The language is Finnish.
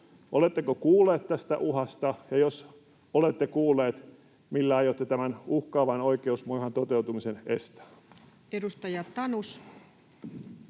Oletteko kuullut tästä uhasta? Ja jos olette kuullut, millä aiotte tämän uhkaavan oikeusmurhan toteutumisen estää? [Speech 456]